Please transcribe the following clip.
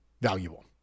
valuable